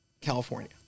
California